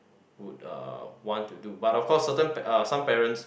would uh want to do but of course certain uh some parents